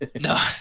no